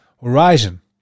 horizon